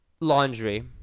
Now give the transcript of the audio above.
laundry